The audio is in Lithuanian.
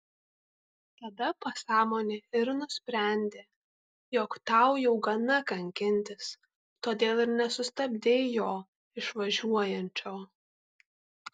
tada pasąmonė ir nusprendė jog tau jau gana kankintis todėl ir nesustabdei jo išvažiuojančio